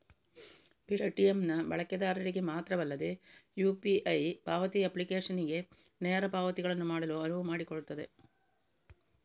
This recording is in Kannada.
ಪೇಟಿಎಮ್ ನ ಬಳಕೆದಾರರಿಗೆ ಮಾತ್ರವಲ್ಲದೆ ಯು.ಪಿ.ಐ ಪಾವತಿ ಅಪ್ಲಿಕೇಶನಿಗೆ ನೇರ ಪಾವತಿಗಳನ್ನು ಮಾಡಲು ಅನುವು ಮಾಡಿಕೊಡುತ್ತದೆ